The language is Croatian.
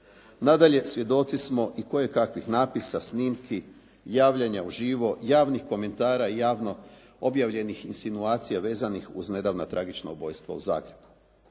Nadalje, svjedoci smo i kojekakvih napisa, snimki, javljanja u živo, javnih komentara i javno objavljenih insinuacija vezanih uz nedavna tragična ubojstva u Zagrebu.